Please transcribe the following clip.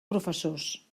professors